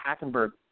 Hackenberg